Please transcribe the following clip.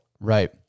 Right